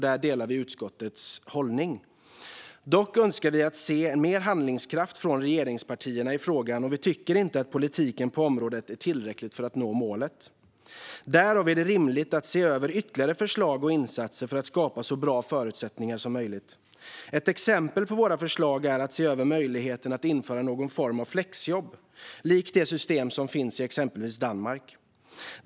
Där delar vi utskottets hållning. Dock önskar vi se mer handlingskraft från regeringspartierna i frågan, och vi tycker inte att politiken på området är tillräcklig för att nå målet. Därför är det rimligt att se över ytterligare förslag och insatser för att skapa så bra förutsättningar som möjligt. Ett exempel bland våra förslag är att se över möjligheten att införa någon form av flexjobb likt det system som finns i exempelvis Danmark.